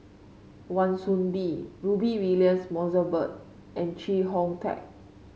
Wan Soon Bee Rudy Williams Mosbergen and Chee Hong Tat